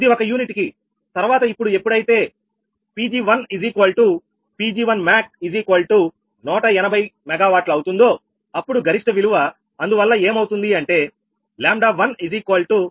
ఇది ఒక యూనిట్ కి తర్వాత ఇప్పుడు ఎప్పుడైతే Pg1Pg1max180 MW అవుతుందో అప్పుడు గరిష్ట విలువ అందువల్ల ఏమవుతుంది అంటే 1 1max0